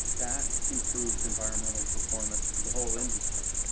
that improves environmental performance for the whole industry.